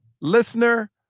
Listener